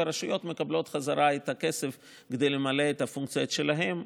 והרשויות מקבלות בחזרה את הכסף כדי למלא את הפונקציות שלהן,